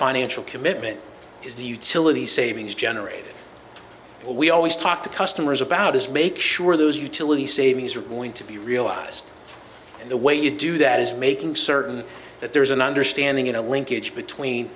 financial commitment is the utility savings generated we always talk to customers about this make sure those utility savings are going to be realized and the way you do that is making certain that there is an understanding in a linkage between